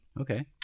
okay